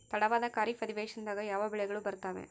ತಡವಾದ ಖಾರೇಫ್ ಅಧಿವೇಶನದಾಗ ಯಾವ ಬೆಳೆಗಳು ಬರ್ತಾವೆ?